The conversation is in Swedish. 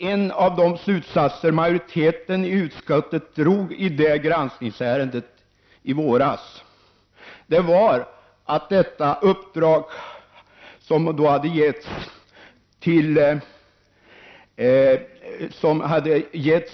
En av de slutsatser som majoriteten i utskottet drog i det granskningsärendet i våras var att detta uppdrag, som regeringen hade gett